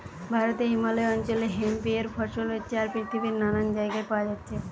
ভারতে হিমালয় অঞ্চলে হেম্প এর ফসল হচ্ছে আর পৃথিবীর নানান জাগায় পায়া যাচ্ছে